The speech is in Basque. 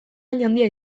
handia